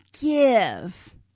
give